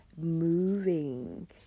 moving